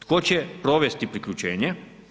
Tko će provesti priključenje?